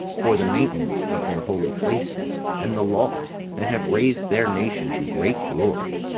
for the maintenance of their holy places, and the law and have raised their nation to great glory.